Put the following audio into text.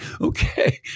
Okay